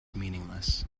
meaningless